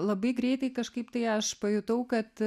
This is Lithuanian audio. labai greitai kažkaip tai aš pajutau kad